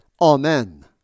Amen